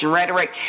rhetoric